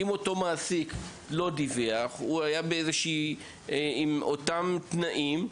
כי אם אותו מעסיק לא דיווח והנער עבד באותם התנאים,